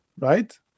right